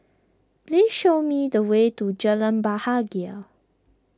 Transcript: please show me the way to Jalan Bahagia